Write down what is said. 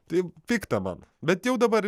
tai pikta man bet jau dabar